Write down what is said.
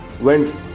went